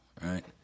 right